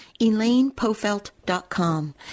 elainepofelt.com